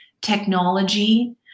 technology